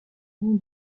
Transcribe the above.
nom